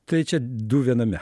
tai čia du viename